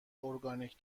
اورگانیک